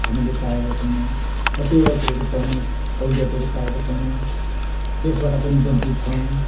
हामीले पाएका छैनौँ कतिवटा कुरोहरू पाउने सहुलियतहरू पाएका छैनौँ त्यसबाट पनि वञ्चित छौँ